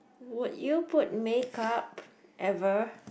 would you put makeup ever